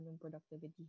productivity